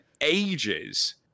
ages